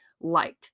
light